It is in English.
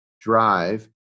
drive